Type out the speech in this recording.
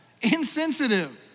insensitive